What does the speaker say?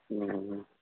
ꯎꯝ